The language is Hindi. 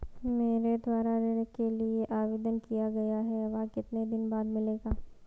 मेरे द्वारा ऋण के लिए आवेदन किया गया है वह कितने दिन बाद मिलेगा?